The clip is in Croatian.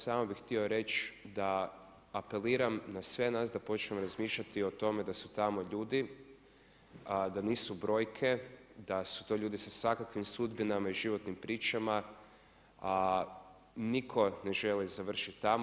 Samo bih htio reći da apeliram na sve nas da počnemo razmišljati o tome da su tamo ljudi, da nisu brojke, da su to ljudi sa svakakvim sudbinama i životnim pričama, a nitko ne želi završiti tamo.